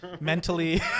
mentally